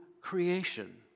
creation